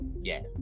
yes